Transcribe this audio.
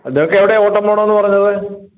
നിങ്ങൾക്ക് എവിടെയാണ് ഓട്ടം പോണമെന്ന് പറഞ്ഞത്